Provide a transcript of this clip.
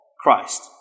Christ